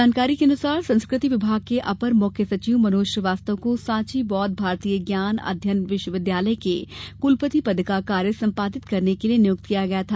जानकारी के अनुसार संस्कृति विभाग के अपर मुख्य सचिव मनोज श्रीवास्तव को सांची बौद्ध भारतीय ज्ञान अध्ययन विश्वविद्यालय के कुलपति पद का कार्य संपादित करने के लिए नियुक्त किया गया था